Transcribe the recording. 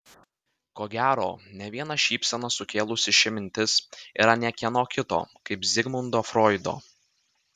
ko gero ne vieną šypseną sukėlusi ši mintis yra ne kieno kito kaip zigmundo froido